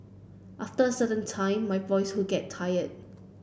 after a certain time my voice would get tired